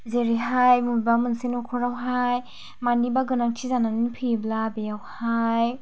जेरैहाय बबेबा मोनसे नखरावहाय मानिबा गोनांथि जानानै फैयोब्ला बेयावहाय